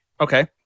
Okay